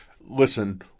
listen